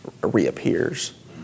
reappears